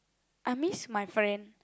I miss my friend